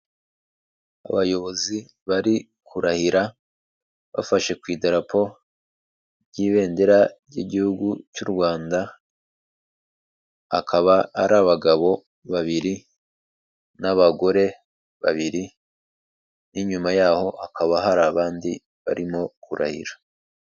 Abayobozi bari kurahira bafashe ku idarapo ry'ibendera ry'igihugu cy'u Rwanda, akaba ari abagabo babiri n'abagore babiri, n'inyuma yaho hakaba hari abandi barimo kurahira.